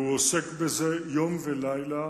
הוא עוסק בזה יום ולילה.